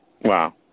Wow